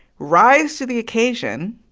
rise to the occasion,